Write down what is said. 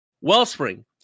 Wellspring